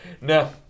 No